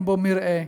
אין בו מרעה,